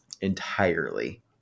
entirely